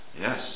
Yes